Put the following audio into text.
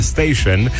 Station